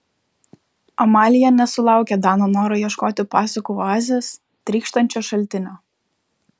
amalija nesulaukė dano noro ieškoti pasakų oazės trykštančio šaltinio